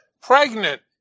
pregnant